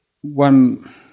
one